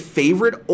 favorite